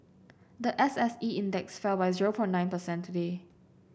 the S S E Index fell by drove for nine percent today